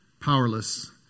powerless